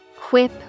Quip